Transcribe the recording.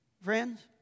Friends